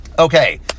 Okay